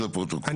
אני